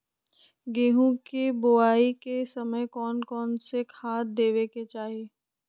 गेंहू के बोआई के समय कौन कौन से खाद देवे के चाही?